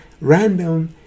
random